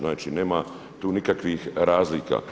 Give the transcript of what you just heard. Znači nema tu nikakvih razlika.